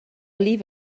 leave